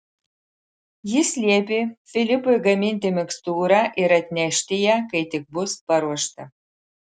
jis liepė filipui gaminti mikstūrą ir atnešti ją kai tik bus paruošta